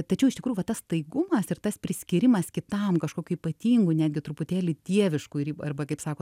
tačiau iš tikrųjų va tas staigumas ir tas priskyrimas kitam kažkokių ypatingų netgi truputėlį dieviškų ir į arba kaip sako